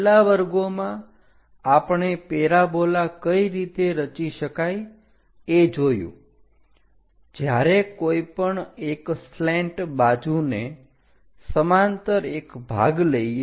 છેલ્લા વર્ગોમાં આપણે પેરાબોલા કઈ રીતે રચી શકાય એ જોયું જ્યારે કોઈ પણ એક સ્લેંટ બાજુને સમાંતર એક ભાગ લઈએ